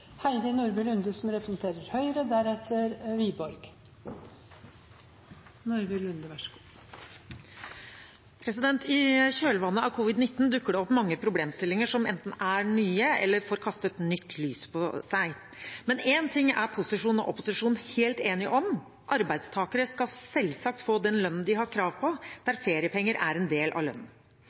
nye eller får kastet nytt lys over seg. Men én ting er posisjon og opposisjon helt enige om: Arbeidstakere skal selvsagt få den lønnen de har krav på, der feriepenger er en del av lønnen. I sommer ble det skapt usikkerhet rundt flere forhold, og jeg mener forslaget ikke nødvendigvis løser dette. Jeg vil minne om at arbeidstakere allerede er sikret lønn,